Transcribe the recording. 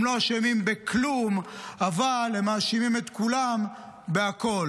הם לא אשמים בכלום אבל הם מאשימים את כולם בכול.